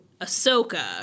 Ahsoka